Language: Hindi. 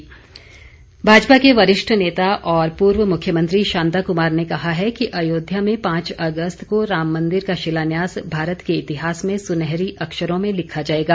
शांता कुमार भाजपा के वरिष्ठ नेता और पूर्व मुख्यमंत्री शांता कुमार ने कहा है कि अयोध्या में पांच अगस्त को राम मंदिर का शिलान्यास भारत के इतिहास में सुनहरी अक्षरों मे लिखा जाएगा